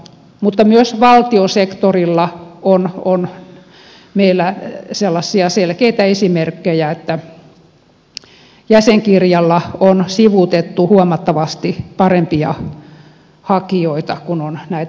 mutta myös valtiosektorilla on meillä sellaisia selkeitä esimerkkejä että jäsenkirjalla on sivutettu huomattavasti parempia hakijoita kun on näitä tehtäviä täytetty